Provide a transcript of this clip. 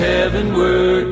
Heavenward